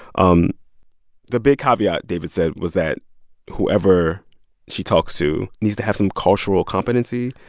um the big caveat, david said, was that whoever she talks to needs to have some cultural competency.